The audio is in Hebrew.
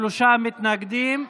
שלושה מתנגדים.